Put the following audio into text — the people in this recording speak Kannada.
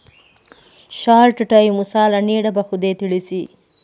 ಶಾರ್ಟ್ ಟೈಮ್ ಸಾಲ ನೀಡಬಹುದೇ ತಿಳಿಸಿ?